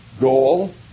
goal